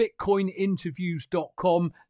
BitcoinInterviews.com